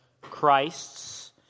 Christ's